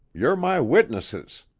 you're my witnesses